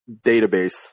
database